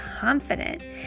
confident